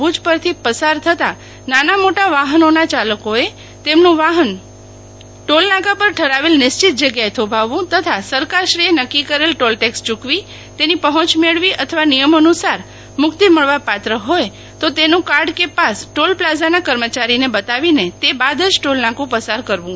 ભુજ પરથી પસાર થતા નાના મોટા વાહનોના યાલકોએ તેમનું વાહન ટોલ નાકા પર ઠરાવેલ નિશ્ચિત જગ્યાએ થોભાવવું તથા સરકારશ્રીએ નકકી કરેલ ટોલ ટેક્ષ ચૂકવી તેની પહોંચ મેળવી અથવા નિયમોનુસાર મૂકિત મળવા પાત્ર હોય તો તેનું કાર્ડ કે પાસ ટોલ પ્લાઝાના કર્મચારીને બતાવીને તે બાદ જ ટોલનાકું પસાર કરવું